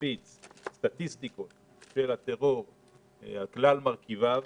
מפיץ סטטיסטיקות של הטרור על כלל מרכיביו,